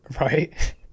right